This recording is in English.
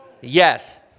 Yes